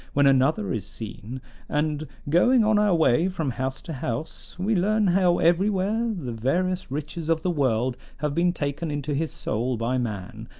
when another is seen and, going on our way from house to house, we learn how everywhere the various riches of the world have been taken into his soul by man,